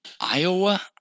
Iowa